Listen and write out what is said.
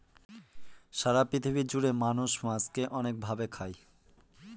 সারা পৃথিবী জুড়ে মানুষ মাছকে অনেক ভাবে খায়